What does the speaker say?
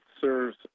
serves